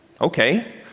Okay